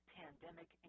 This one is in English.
pandemic